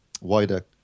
wider